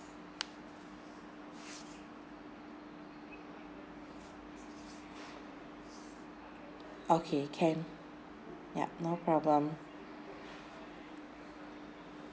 okay can yup no problem